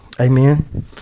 Amen